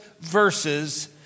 verses